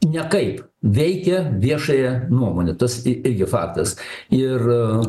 nekaip veikia viešąją nuomonę tas i irgi faktas ir